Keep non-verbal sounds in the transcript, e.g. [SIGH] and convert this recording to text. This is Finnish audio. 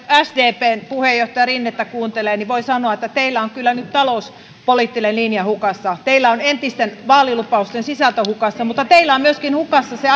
sdpn puheenjohtaja rinnettä kuuntelee niin voi sanoa että teillä on kyllä nyt talouspoliittinen linja hukassa teillä on entisten vaalilupausten sisältö hukassa mutta teillä on hukassa myöskin se [UNINTELLIGIBLE]